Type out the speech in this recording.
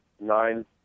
nine